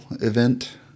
event